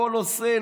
הכול עושה,